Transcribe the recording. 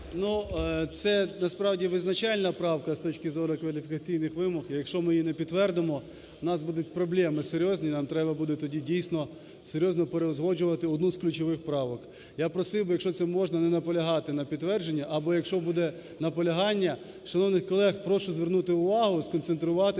це насправді визначальна правка з точки зору кваліфікаційних вимог. Якщо ми її не підтвердимо, у нас будуть проблеми серйозні, нам треба буде тоді дійсно серйознопереузгоджувати одну з ключових правок. Я просив би, якщо це можна, не наполягати на підтвердженні. Або якщо буде наполягання, шановних колег прошу звернути увагу, сконцентруватися